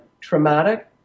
traumatic